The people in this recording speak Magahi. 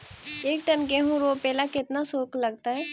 एक टन गेहूं रोपेला केतना शुल्क लगतई?